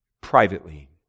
Privately